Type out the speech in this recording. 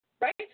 right